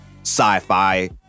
sci-fi